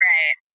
Right